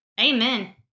amen